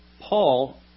Paul